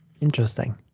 interesting